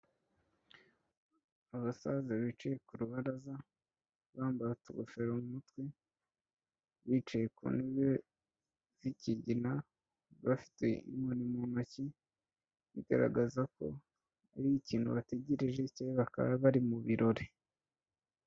Abasaza bicaye ku rubaraza. Bambara utugofero mu mutwe, bicaye ku ntebe z'ikigina, bafite inkoni mu ntoki. Bigaragaza ko hari ikintu bategereje cye bakaba bari mu birori.